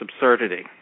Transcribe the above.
absurdity